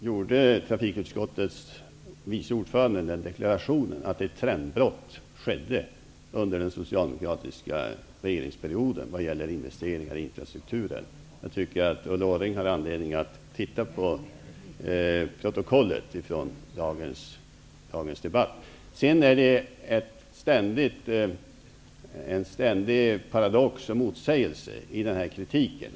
Herr talman! Nyss gjorde trafikutskottets vice ordförande den deklarationen att ett trendbrott skedde under den socialdemokratiska regeringsperioden, vad gäller investeringar i infrastrukturen. Ulla Orring har anledning att titta på protokollet från dagens debatt. Det är en ständig paradox i den här kritiken.